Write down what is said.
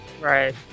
right